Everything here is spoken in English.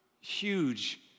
huge